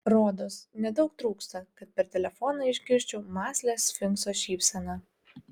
rodos nedaug trūksta kad per telefoną išgirsčiau mąslią sfinkso šypseną